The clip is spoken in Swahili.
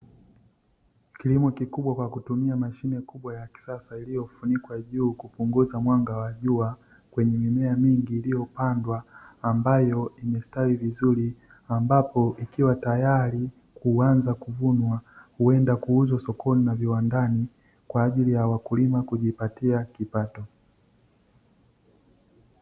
Kilimo kikubwa kwa kutumia mashine kubwa ya kisasa iliyofunikwa juu kupunguza mwanga wa jua, kwenye mimea mingi iliyopandwa, ambayo imestawi vizuri, ambapo, ikiwa tayari kuanza kuvunwa huenda kuuzwa sokoni na viwandani, kwa ajili ya wakulima kujipatia kipato.